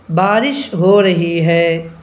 بارش ہو رہی ہے